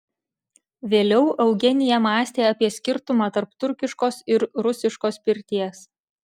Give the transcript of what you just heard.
vėliau eugenija mąstė apie skirtumą tarp turkiškos ir rusiškos pirties